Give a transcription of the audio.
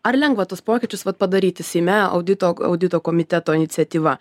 ar lengva tuos pokyčius vat padaryti seime audito audito komiteto iniciatyva